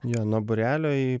jo nuo būrelio į